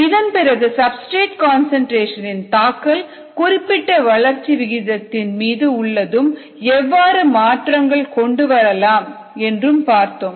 இதன்பிறகு substrate concentration இன் தாக்கல் குறிப்பிட்ட வளர்ச்சி விகிதத்தின் மீது உள்ளதும் எவ்வாறு மாற்றங்கள் கொண்டு வரலாம் என்றும் பார்த்தோம்